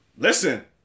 Listen